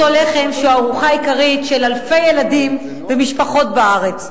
אותו לחם שהוא הארוחה העיקרית של אלפי ילדים ומשפחות בארץ.